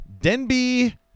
denby